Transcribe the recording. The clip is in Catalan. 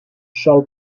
sol